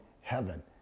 heaven